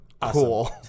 Cool